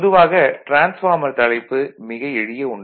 பொதுவாக டிரான்ஸ்பார்மர் தலைப்பு மிக எளிய ஒன்று